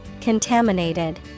Contaminated